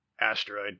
asteroid